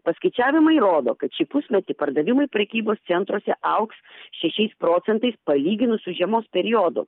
paskaičiavimai rodo kad šį pusmetį pardavimai prekybos centruose augs šešiais procentais palyginus su žiemos periodu